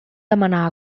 demanar